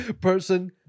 person